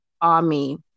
Army